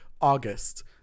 August